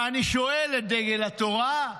ואני שואל את דגל התורה,